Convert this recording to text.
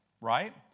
Right